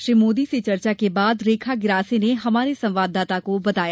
श्री मोदी से चर्चा के बाद रेखा गिरासे ने हमारे संवाददाता को बताया